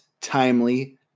timely